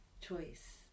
choice